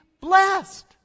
blessed